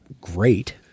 great